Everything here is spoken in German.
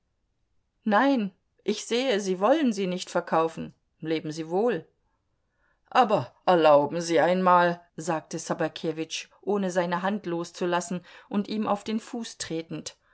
nein ich sehe sie wollen sie nicht verkaufen leben sie wohl aber erlauben sie einmal sagte ssobakewitsch ohne seine hand loszulassen und ihm auf den fuß tretend